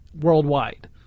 worldwide